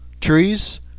trees